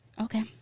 Okay